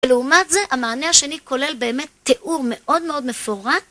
ולעומת זה המענה השני כולל באמת תיאור מאוד מאוד מפורט.